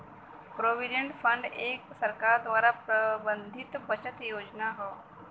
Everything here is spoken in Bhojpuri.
प्रोविडेंट फंड एक सरकार द्वारा प्रबंधित बचत योजना हौ